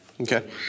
Okay